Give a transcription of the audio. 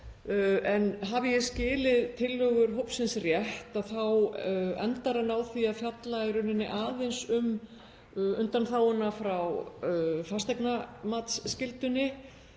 en hafi ég skilið tillögur hópsins rétt þá endar hann á því að fjalla aðeins um undanþáguna frá fasteignamatsskyldunni